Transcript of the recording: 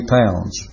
pounds